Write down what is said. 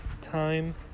time